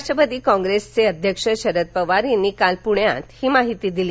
राष्ट्रवादी काँग्रेसचे अध्यक्ष शरद पवार यांनी काल पूण्यात ही माहिती दिली